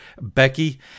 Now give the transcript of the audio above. Becky